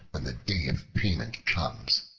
when the day of payment comes?